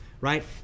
right